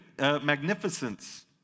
Magnificence